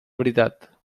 veritat